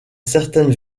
certaines